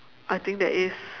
I think there is